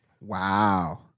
wow